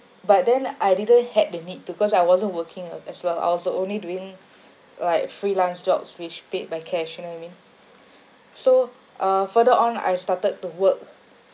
but then I didn't had the need to cause I wasn't working uh as well I was only doing like freelance jobs which paid by cash you know what I mean so uh further on I started to work